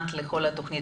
האזנת לכל התוכנית,